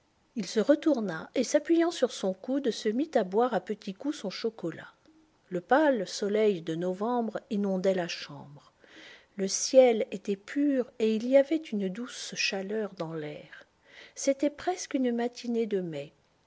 il se retourna et s'appuyant sur son coude se mit à boire à petits coups son chocolat le pâle soleil de novembre inondait la chambre le ciel était pur et il y avait une douce chaleur dans l'air c'était presque une matinée de mai